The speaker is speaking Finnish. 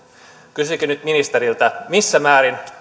kysynkin nyt ministeriltä missä määrin